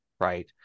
right